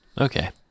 Okay